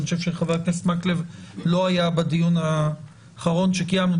אני חושב שחבר הכנסת מקלב לא היה בדיון האחרון שקיימנו.